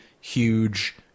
huge